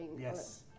Yes